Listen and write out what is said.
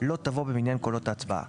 לא תבוא במניין קולות ההצבעה;